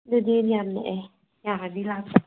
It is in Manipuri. ꯑꯗꯨꯗꯤ ꯌꯥꯝ ꯅꯛꯑꯦ ꯌꯥꯔꯅꯤ ꯂꯥꯛꯄ